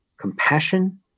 compassion